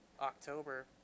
October